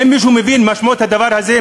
האם מישהו מבין את משמעות הדבר הזה,